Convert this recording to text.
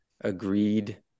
agreed